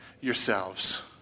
yourselves